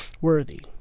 worthy